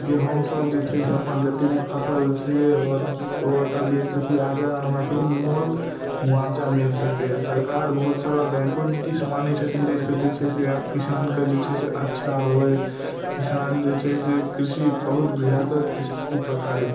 जे हमसब जे छै से अपन जते भी फसल छै ओ ओतऽ बेच सकी आगा हमर सबके मुआवजा मिल सकै सरकार बहुत सारा बैंको नीति आनै छथिन जैसँ जे छै से किसानके जे छै से अच्छा होइ किसान जे छै से कृषि बहुत बृहत स्थिति पर करै